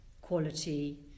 quality